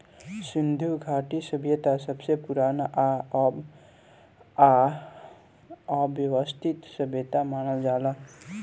सिन्धु घाटी सभ्यता सबसे पुरान आ वयवस्थित सभ्यता मानल जाला